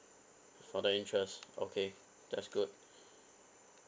for the interest okay that's good